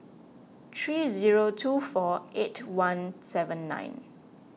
three zero two four eight one seven nine